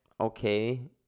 Okay